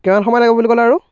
কিমান সময় লাগিব বুলি ক'লে আৰু